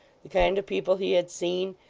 the kind of people he had seen,